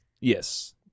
Yes